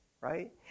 right